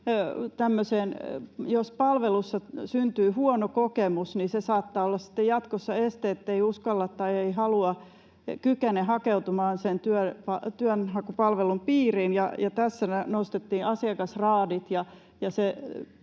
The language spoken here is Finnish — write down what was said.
jos palvelussa syntyy huono kokemus, niin se saattaa olla sitten jatkossa este, ettei uskalla tai ei halua, ei kykene hakeutumaan sen työnhakupalvelun piiriin, ja tässä nostettiin asiakasraadit